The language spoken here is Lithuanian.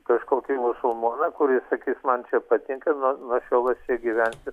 kažkokį musulmoną kuris sakys man čia patinka nuo nuo šiol aš čia gyvensiu